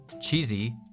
cheesy